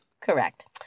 Correct